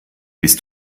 bist